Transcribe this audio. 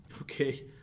okay